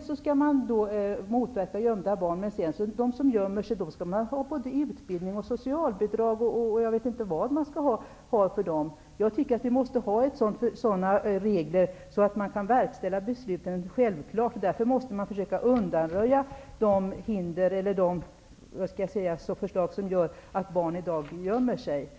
sammanhanget. Man vill motverka gömmande av barn, samtidigt som man vill ge dem som gömmer sig utbildning, socialbidrag och jag vet inte allt. Jag tycker att reglerna skall vara sådana att besluten kan verkställas. Därför måste man försöka att undanröja de omständigheter som gör att barn i dag gömmer sig.